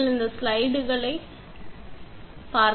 நீங்கள் இந்த ஸ்லைடுகளால் செல்லலாம்